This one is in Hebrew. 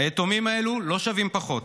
היתומים האלו לא שווים פחות,